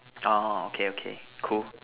orh okay okay cool